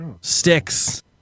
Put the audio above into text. sticks